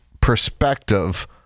perspective